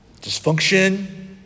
dysfunction